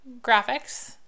graphics